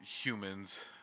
humans